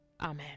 Amen